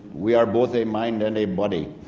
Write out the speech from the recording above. we are both a mind and a body.